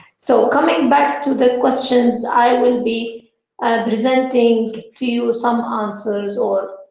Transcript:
so coming back to the questions i will be presenting to you some answers or,